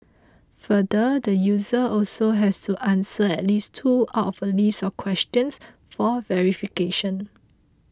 further the user also has to answer at least two out of a list of questions for verification